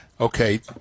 okay